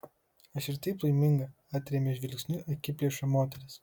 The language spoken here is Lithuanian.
aš ir taip laiminga atrėmė žvilgsniu akiplėšą moteris